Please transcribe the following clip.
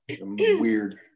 Weird